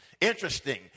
Interesting